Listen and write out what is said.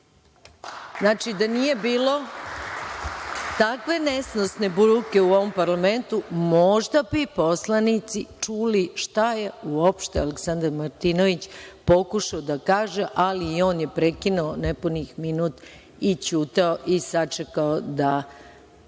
reči. Znači, da nije bilo takve nesnosne buke u ovom parlamentu možda bi poslanici čuli šta je uopšte Aleksandar Martinović pokušao da kaže, ali i on je prekinuo nepunih minut i ćutao i sačekao da